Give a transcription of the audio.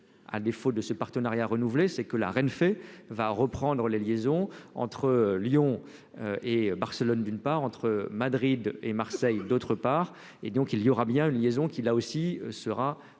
à défaut de ce partenariat renouvelé, c'est que la reine fait va reprendre les liaisons entre Lyon et Barcelone, d'une part entre Madrid et Marseille, d'autre part, et donc il y aura bien une liaison qui là aussi sera reconduite,